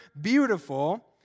beautiful